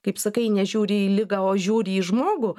kaip sakai nežiūri į ligą o žiūri į žmogų